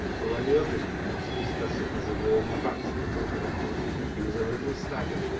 but when the others began to discuss it as a really practicable thing he was a little staggered,